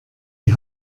die